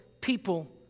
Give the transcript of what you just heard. people